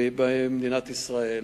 ובמדינת ישראל.